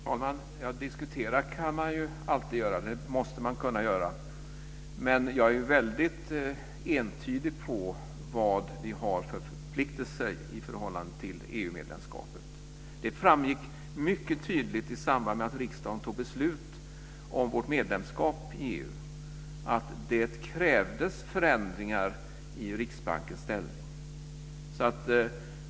Fru talman! Diskutera kan man ju alltid göra. Det måste man kunna göra. Men jag är väldigt entydig i fråga om vad vi har för förpliktelser i förhållande till EU-medlemskapet. Det framgick mycket tydligt i samband med att riksdagen fattade beslut om vårt medlemskap i EU att det krävdes förändringar i Riksbankens ställning.